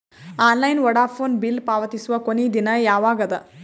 Online Vodafone bill ಪಾವತಿಸುವ ಕೊನಿ ದಿನ ಯವಾಗ ಅದ?